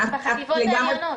בחטיבות העליונות.